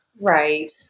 Right